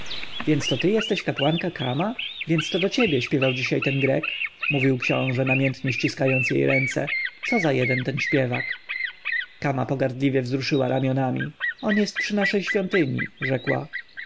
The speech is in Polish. więc to ty jesteś kapłanka kama więc to do ciebie śpiewał dzisiaj ten grek mówił książę namiętnie ściskając jej ręce co za jeden ten śpiewak kama pogardliwie wzruszyła ramionami on jest przy naszej świątyni rzekła